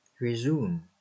Resume